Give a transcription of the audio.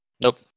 Nope